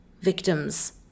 victims